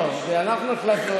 את זה אנחנו החלטנו.